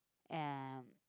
and